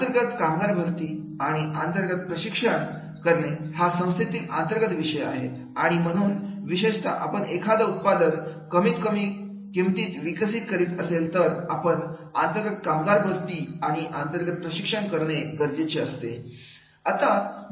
अंतर्गत कामगार भरती आणि अंतर्गत प्रशिक्षण कारण हा संस्थेतील अंतर्गत विषय आहे आणि म्हणून विशेषता आपण एखादं उत्पादन कमी किमतीत विकसित करीत असेल तर आपण अंतर्गत कामगार भरती आणि अंतर्गत प्रशिक्षण करणे गरजेचे आहे